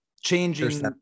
changing